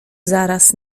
zaraz